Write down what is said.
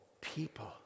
people